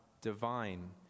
divine